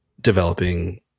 developing